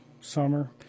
summer